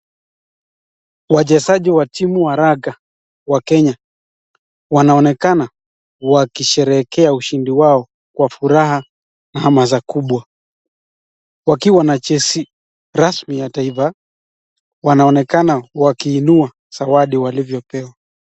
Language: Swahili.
Wachezaji wa timu wa raga wa Kenya wanaonekana wakisherehekea ushindi wao kwa furaha na hamasa kubwa wakiwa na jezi rasmi ya taifa wanaonekana wakiinua zawadi waliyopewa.